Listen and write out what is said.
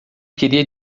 queria